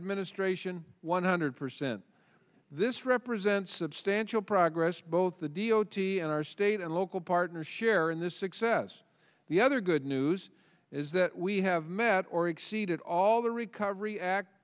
administration one hundred percent this represents substantial progress both the d o t and our state and local partners share in this success the other good news is that we have met or exceeded all the rico every act